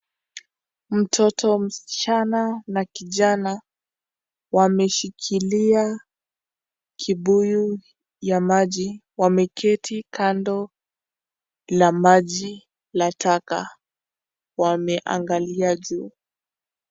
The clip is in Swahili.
Mtoto msichana na kijana wameshikilia kibuyu ya maji, wameketi kando la maji ya taka. Wameangalia chini.